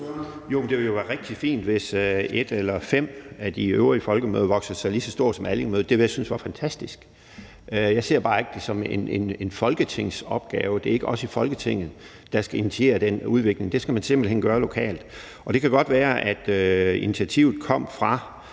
Jo, det ville jo være rigtig fint, hvis et eller fem af de øvrige folkemøder voksede sig lige så store som Allingemødet. Det ville jeg synes var fantastisk. Jeg ser det bare ikke som en folketingsopgave. Det er ikke os i Folketinget, der skal initiere den udvikling. Det skal man simpelt hen gøre lokalt. Og det kan godt være, at initiativet kom fra